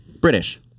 British